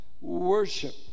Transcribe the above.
worship